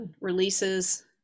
releases